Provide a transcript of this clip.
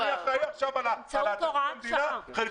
מה, אני אחראי עכשיו על תקציב המדינה?